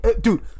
dude